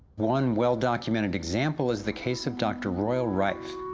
one well documented example is the case of dr. royal rife.